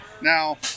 now